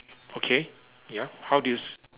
okay ya how do you